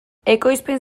ekoizpen